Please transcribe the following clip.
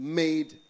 made